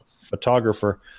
photographer